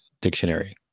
dictionary